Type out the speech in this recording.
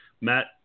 Matt